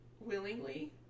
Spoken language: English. willingly